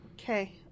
Okay